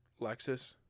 Lexus